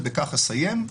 ובכך אסיים.